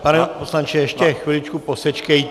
Pane poslanče, ještě chviličku posečkejte.